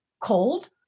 cold